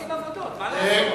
מבצעים עבודות, מה לעשות?